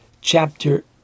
Chapter